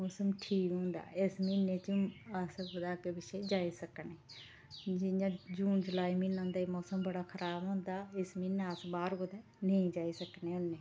मौसम ठीक होंदा इस म्हीने च अस कुतै अग्गै पिच्छै जाई सकने जियां जून जुलाई म्हीना दे मौसम बड़ा खराब होंदा इस म्हीने अस बाहर कुतै नेईं जाई सकने होन्ने